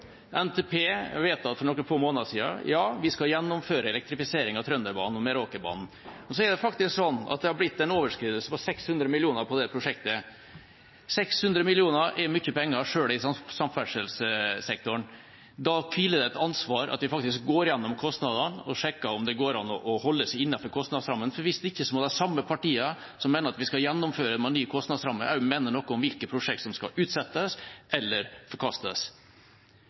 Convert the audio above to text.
NTP ble vedtatt for noen få måneder siden. Ja, vi skal gjennomføre elektrifisering av Trønderbanen og Meråkerbanen. Det har blitt en overskridelse på 600 mill. kr på det prosjektet. 600 mill. kr er mye penger, selv i samferdselssektoren. Da påhviler det oss et ansvar for å gå gjennom kostnadene og sjekke om det går an å holde seg innenfor kostnadsrammen, for hvis ikke må de samme partiene som mener at vi skal gjennomføre med ny kostnadsramme, også mene noe om hvilke prosjekter som skal utsettes eller forkastes.